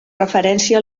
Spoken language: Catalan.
referència